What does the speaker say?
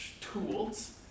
tools